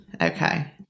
okay